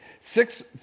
Six